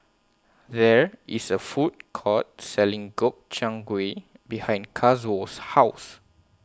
There IS A Food Court Selling Gobchang Gui behind Kazuo's House